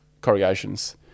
corrugations